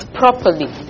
properly